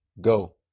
go